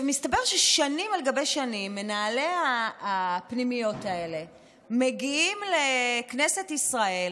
מסתבר ששנים על גבי שנים מנהלי הפנימיות האלה מגיעים לכנסת ישראל